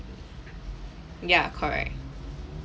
ya correct